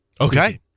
Okay